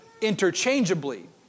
interchangeably